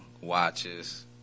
watches